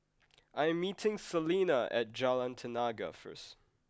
I am meeting Selina at Jalan Tenaga first